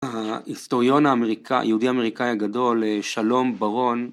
ההיסטוריון היהודי-אמריקאי הגדול, שלום ברון